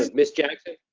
ah miss jackson.